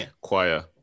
choir